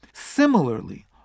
Similarly